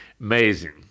amazing